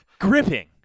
Gripping